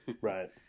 right